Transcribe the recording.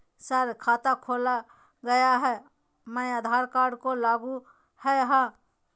Sir खाता खोला गया मैं आधार कार्ड को लागू है हां?